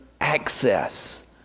access